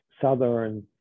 Southern